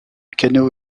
canoë